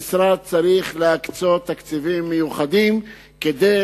המשרד צריך להקצות תקציבים מיוחדים כדי